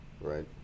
right